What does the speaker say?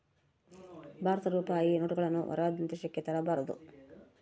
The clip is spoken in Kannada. ಭಾರತದ ರೂಪಾಯಿ ನೋಟುಗಳನ್ನು ಹೊರ ದೇಶಕ್ಕೆ ತರಬಾರದು